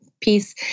peace